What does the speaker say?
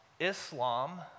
Islam